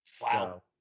Wow